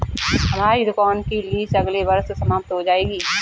हमारी दुकान की लीस अगले वर्ष समाप्त हो जाएगी